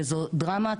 וזו דרמה,